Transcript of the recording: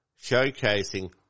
showcasing